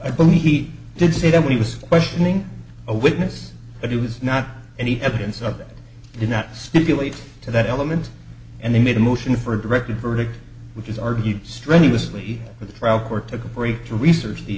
i believe he did say that when he was questioning a witness that he was not any evidence of that did not stipulate to that element and they made a motion for directed verdict which is argued strenuously for the trial court took a break to research the